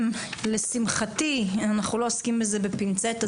לשמחתי אנחנו לא עוסקים בזה בפינצטה,